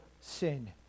sin